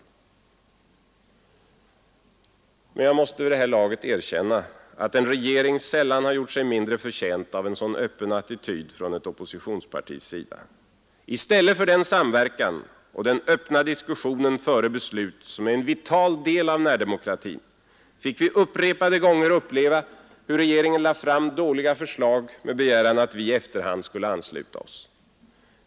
Men jag måste vid det här laget erkänna att en regering sällan gjort sig mindre förtjänt av en sådan öppen attityd från ett oppositionspartis sida. I stället för den samverkan och den öppna diskussion före beslut som är en vital del av närdemokratin fick vi upprepade gånger uppleva hur regeringen lade fram dåliga förslag med begäran att vi i efterhand skulle ansluta oss.